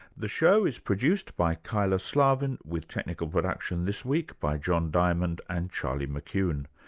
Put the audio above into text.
the show is produced by kyla slaven with technical production this week by john diamond and charlie mccune.